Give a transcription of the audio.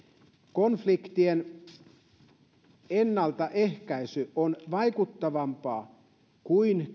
konfliktien ennaltaehkäisy on vaikuttavampaa kuin